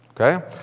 okay